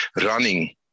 running